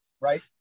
right